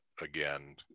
again